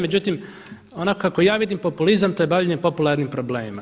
Međutim ono kako ja vidim populizam to je bavljenje popularnim problemima.